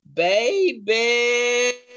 Baby